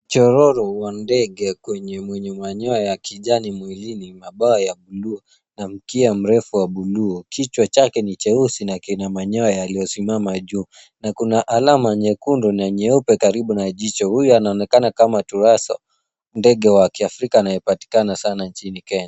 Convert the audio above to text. Chorororo wa ndege kwenye mwenye manyoya ya kijani mwilini, mabawa ya buluu na mkia mrefu wa buluu. Kichwa chake ni cheusi na kina maeneo yaliyosimama juu na kuna alama nyekundu na nyeupe karibu na jicho. Huyu anaonekana kama turasa, ndege wa kiafrika anayepatikana sana nchini Kenya.